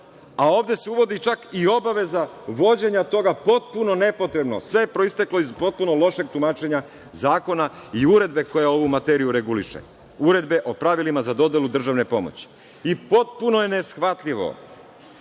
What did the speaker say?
a ovde se uvodi čak i obaveza vođenja toga, potpuno nepotrebno, sve je proisteklo iz potpuno lošeg tumačenja zakona i uredbe koja ovu materiju reguliše, Uredbe o pravilima za dodelu državne pomoći. Potpuno je neshvatljivo